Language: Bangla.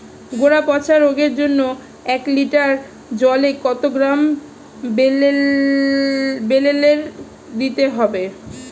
গোড়া পচা রোগের জন্য এক লিটার জলে কত গ্রাম বেল্লের দিতে হবে?